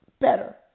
better